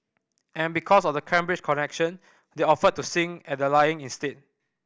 and because of the Cambridge connection they offered to sing at the lying in state